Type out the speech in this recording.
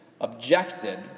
objected